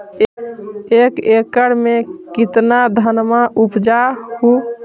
एक एकड़ मे कितना धनमा उपजा हू?